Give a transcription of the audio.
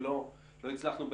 ולא הצלחנו,